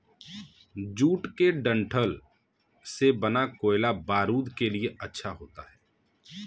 jute के डंठल से बना कोयला बारूद के लिए अच्छा होता है